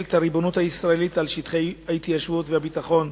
את הריבונות הישראלית על שטחי ההתיישבות והביטחון